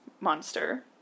monster